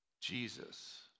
Jesus